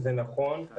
וזה נכון,